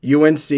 UNC –